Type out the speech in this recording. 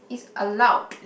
it's allowed